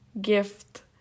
gift